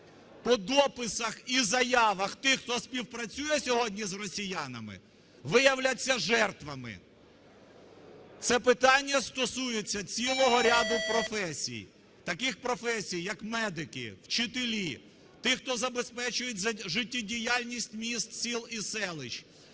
по дописах і заявах тих, хто співпрацює сьогодні з росіянами, виявляться жертвами. Це питання стосується цілого ряду професій, таких професій, як медики, вчителі, ті, хто забезпечують життєдіяльність міст, сіл і селищ,